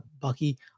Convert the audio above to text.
Bucky